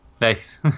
Nice